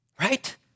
right